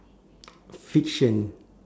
fiction